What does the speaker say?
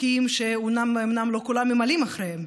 חוקים שאומנם לא כולם ממלאים אחריהם,